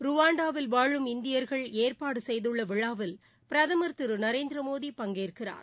ருவாண்டாவில் வாழும் இந்தியர்கள் ஏற்பாடு செய்துள்ள விழாவில் பிரதமர் திரு நரேந்திர மோடி பங்கேற்கிறார்